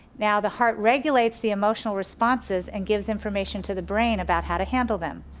now the heart regulates the emotional responses and gives information to the brain about how to handle them.